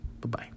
Bye-bye